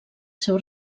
seu